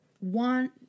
want